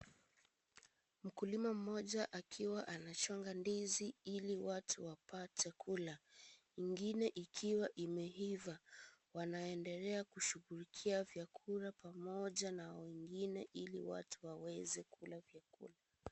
Mkulima mmoja akiwa anachonga ndizi ili watu wapate kula, ingine ikiwa imeiva, wanendelea kushugulikia vyakula pamoja na wengine ili watu waweze kula vyakula.